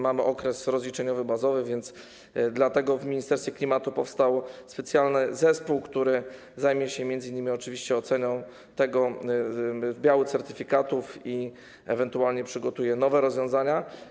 Mamy okres rozliczeniowy bazowy, więc dlatego w ministerstwie klimatu powstał specjalnych zespół, który zajmie się m.in. oczywiście oceną białych certyfikatów i ewentualnie przygotuje nowe rozwiązania.